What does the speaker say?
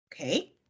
Okay